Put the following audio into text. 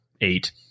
eight